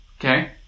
Okay